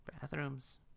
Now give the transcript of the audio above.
Bathrooms